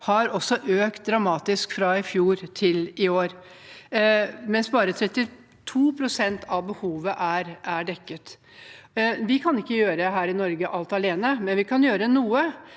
har også økt dramatisk fra i fjor til i år, mens bare 32 pst. av beho vet er dekket. Vi kan ikke gjøre alt alene her i Norge, men vi kan gjøre noe.